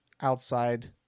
outside